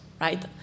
right